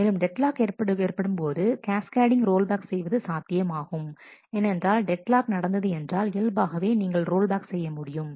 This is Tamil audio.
மேலும் டெட்லாக் ஏற்படும் போது கேஸ்கேடிங் ரோல்பேக் செய்வது சாத்தியம் ஆகும் ஏனென்றால் டெட்லாக் நடந்தது என்றால் இயல்பாகவே நீங்கள் ரோல்பேக் செய்ய முடியும்